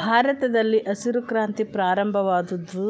ಭಾರತದಲ್ಲಿ ಹಸಿರು ಕ್ರಾಂತಿ ಪ್ರಾರಂಭವಾದ್ವು